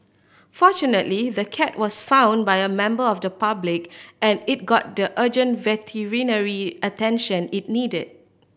fortunately the cat was found by a member of the public and it got the urgent veterinary attention it needed